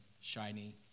shiny